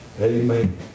amen